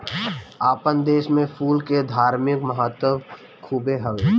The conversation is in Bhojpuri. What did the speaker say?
आपन देस में फूल के धार्मिक महत्व खुबे हवे